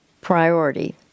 priority